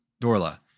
Dorla